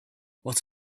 what